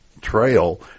trail